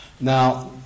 Now